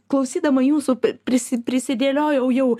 klausydama jūsų pri prisi prisidėliojau jau